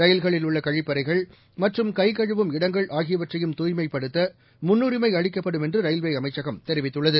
ரயில்களில் உள்ளகழிப்பறைகள் கைகமுவும் இடங்கள் ஆகியவற்றையும் மற்றம் தூய்மைப்படுத்தமுன்னுரிமைஅளிக்கப்படும் என்றுரயில்வேஅமைச்சகம் தெரிவித்துள்ளது